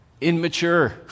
Immature